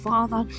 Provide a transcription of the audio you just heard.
Father